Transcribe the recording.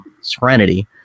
Serenity